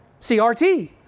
CRT